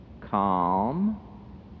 calm